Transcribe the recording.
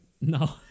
No